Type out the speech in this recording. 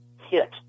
hit